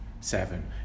seven